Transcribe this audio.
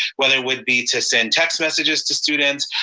whether it would be to send text messages to students,